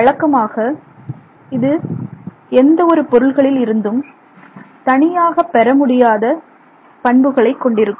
வழக்கமாக இது எந்தவொரு பொருள்களில் இருந்தும் தனியாகப் பெற முடியாத பண்புகளைக் கொண்டிருக்கும்